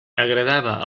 agradava